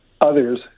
others